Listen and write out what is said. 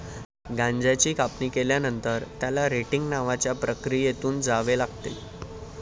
गांजाची कापणी केल्यानंतर, त्याला रेटिंग नावाच्या प्रक्रियेतून जावे लागते